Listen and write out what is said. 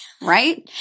Right